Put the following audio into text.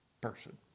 person